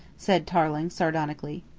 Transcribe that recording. said tarling sardonically.